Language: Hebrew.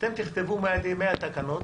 אתם תכתבו מעל ל-100 תקנות,